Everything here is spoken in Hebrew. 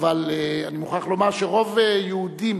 אבל אני מוכרח לומר שרוב היהודים